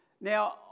Now